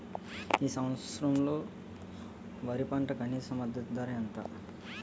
ఈ సంవత్సరంలో వరి పంటకు కనీస మద్దతు ధర ఎంత?